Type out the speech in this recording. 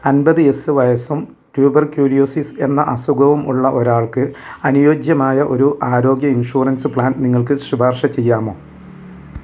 അൻപത് എസ് വയസ്സും ട്യൂബർക്യൂര്യോസിസ് എന്ന അസുഖവും ഉള്ള ഒരാൾക്ക് അനുയോജ്യമായ ഒരു ആരോഗ്യ ഇൻഷൂറൻസ്സ് പ്ലാൻ നിങ്ങൾക്ക് ശുപാർശ ചെയ്യാമോ